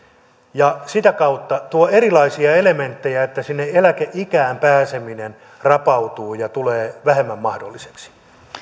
ja sitä kautta tuo erilaisia elementtejä niin että eläkeikään pääseminen rapautuu ja tulee vähemmän mahdolliseksi